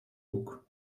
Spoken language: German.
bug